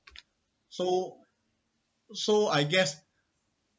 so so I guess